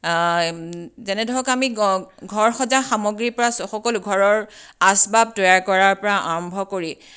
যেনে ধৰক আমি ঘ ঘৰ সজা সামগ্ৰীৰ পৰা সকলো ঘৰৰ আচবাব তৈয়াৰ কৰাৰ পৰা আৰম্ভ কৰি